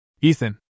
Ethan